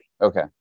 Okay